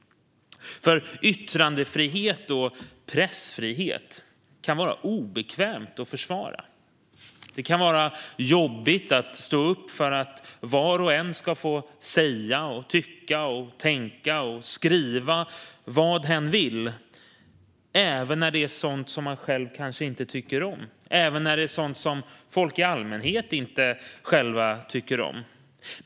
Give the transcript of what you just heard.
Det kan vara obekvämt att försvara yttrandefrihet och pressfrihet. Det kan vara jobbigt att stå upp för att var och en ska få säga, tycka, tänka och skriva vad hen vill även när det är sådant som man själv kanske inte tycker om eller folk i allmänhet inte tycker om.